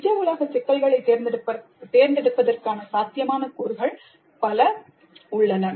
நிஜ உலக சிக்கல்களைத் தேர்ந்தெடுப்பதற்கான சாத்தியமான கூறுகள் பல உள்ளன